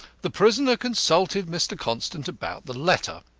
the prisoner consulted mr. constant about the letter.